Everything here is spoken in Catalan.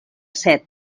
set